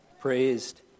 praised